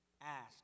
ask